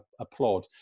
applaud